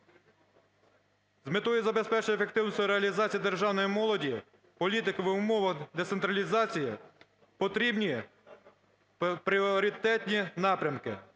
З метою забезпечення ефективності реалізації державної молодіжної політики в умовах децентралізації потрібні пріоритетні напрямки: